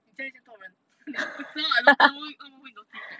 你家这么多人你不吃 lah I don't think 他们他们会 notice leh